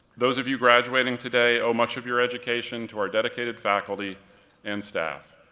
those of you graduating today owe much of your education to our dedicated faculty and staff.